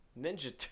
Ninja